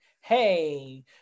hey